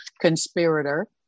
conspirator